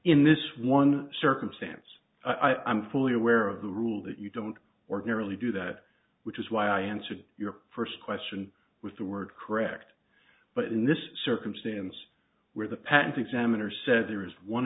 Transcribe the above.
in this one circumstance i'm fully aware of the rule that you don't ordinarily do that which is why i answered your first question with the word correct but in this circumstance where the patent examiner said there is one